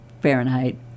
Fahrenheit